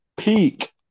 peak